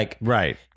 Right